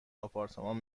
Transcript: آپارتمان